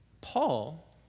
Paul